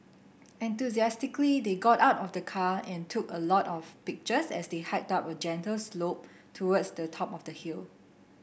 enthusiastically they got out of the car and took a lot of pictures as they hiked up a gentle slope towards the top of the hill